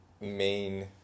main